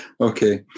Okay